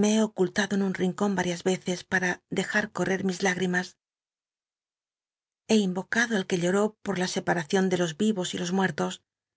me he ocultado en un rincon varias veces pam dejar correr mis lágtimas he invocado al que lloró por la separacion de los vivos y los muel'tos